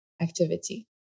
activity